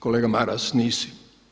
Kolega Maras, nisi.